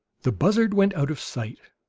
the buzzard went out of sight.